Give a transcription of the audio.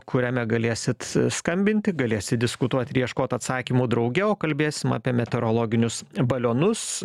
kuriame galėsit skambinti galėsit diskutuot ir ieškot atsakymų drauge o kalbėsim apie meteorologinius balionus